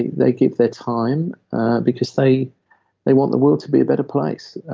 they give their time because they they want the world to be a better place.